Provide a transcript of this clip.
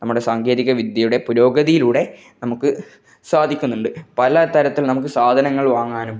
നമ്മുടെ സാങ്കേതിക വിദ്യയുടെ പുരോഗതിയിലൂടെ നമുക്ക് സാധിക്കുന്നുണ്ട് പല തരത്തില് നമുക്ക് സാധനങ്ങള് വാങ്ങാനും